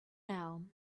now